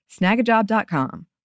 Snagajob.com